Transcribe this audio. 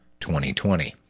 2020